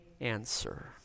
answer